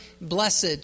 blessed